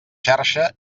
xarxa